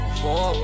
four